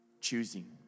choosing